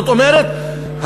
זאת אומרת,